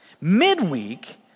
midweek